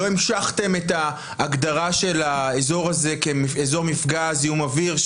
לא המשכתם את ההגדרה של האזור הזה כאזור מפגע זיהום אוויר,